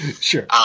Sure